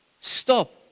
Stop